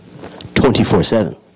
24-7